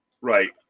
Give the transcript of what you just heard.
Right